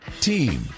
Team